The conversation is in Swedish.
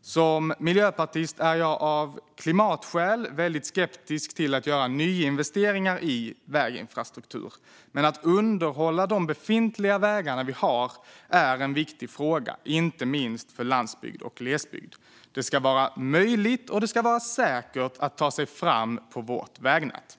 Som miljöpartist är jag av klimatskäl väldigt skeptisk till att göra nyinvesteringar i väginfrastruktur. Men att underhålla de befintliga vägar vi har är en viktig fråga, inte minst för landsbygd och glesbygd. Det ska vara möjligt och säkert att ta sig fram i vårt vägnät.